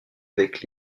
avec